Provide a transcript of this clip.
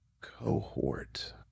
cohort